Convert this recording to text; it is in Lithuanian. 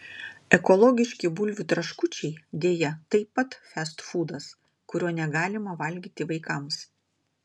ekologiški bulvių traškučiai deja taip pat festfūdas kurio negalima valgyti vaikams